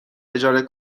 اجاره